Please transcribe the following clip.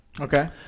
Okay